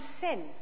sin